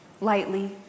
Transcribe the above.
lightly